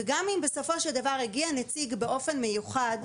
וגם אם בסופו של דבר הגיע נציג באופן מיוחד,